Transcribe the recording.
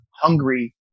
hungry